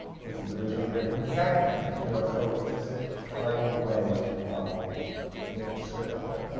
which was originally written in the second act. you know, so it's just finding a way to make the script work. so